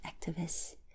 activists